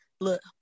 Look